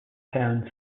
towns